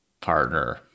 partner